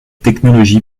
technologie